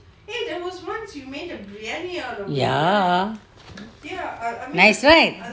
ya nice right